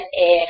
air